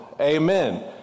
Amen